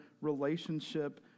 relationship